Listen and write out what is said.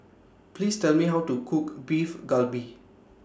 Please Tell Me How to Cook Beef Galbi